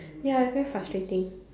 ya it's very frustrating